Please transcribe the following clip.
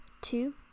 two